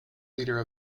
leader